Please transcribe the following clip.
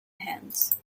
hands